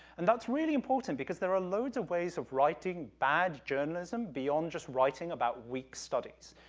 and that's really important, because there are loads of ways of writing bad journalism beyond just writing about weak studies.